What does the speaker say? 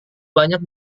banyak